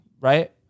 right